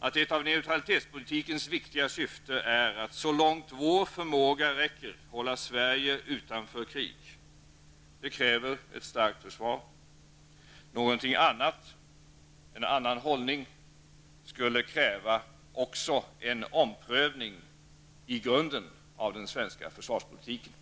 att en av neutralitetspolitikens viktiga syften är att så långt vår förmåga räcker hålla Sverige utanför krig. Det kräver ett starkt försvar. En annan hållning skulle kräva en total omprövning av den svenska försvarspolitiken.